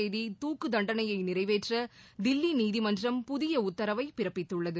தேதி துக்குத் தண்டனையைநிறைவேற்றதில்லிநீதிமன்றம் புதியஉத்தரவைபிறப்பித்துள்ளது